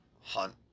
hunt